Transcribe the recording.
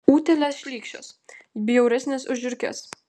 utėlės šlykščios bjauresnės už žiurkes